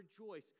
rejoice